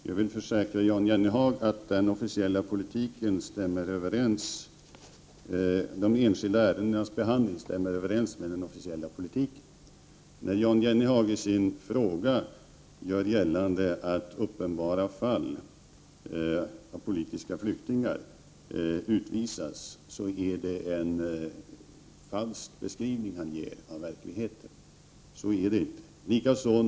Herr talman! Jag vill försäkra Jan Jennehag om att behandlingen av de enskilda ärendena stämmer överens med den officiella politiken. När Jan Jennehag i sin fråga gör gällande att personer som uppenbart är politiska flyktingar utvisas är detta en falsk beskrivning av verkligheten. Så förhåller det sig inte.